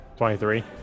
23